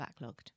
backlogged